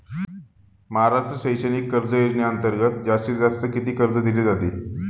महाराष्ट्र शैक्षणिक कर्ज योजनेअंतर्गत जास्तीत जास्त किती कर्ज दिले जाते?